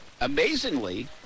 Amazingly